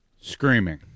Screaming